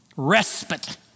Respite